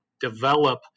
develop